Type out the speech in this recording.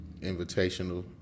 Invitational